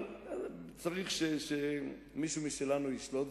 אבל צריך שמישהו משלנו ישלוט,